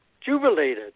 jubilated